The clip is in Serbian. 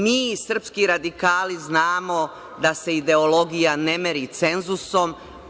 Mi srpski radikali znamo da se ideologija ne meri cenzusom.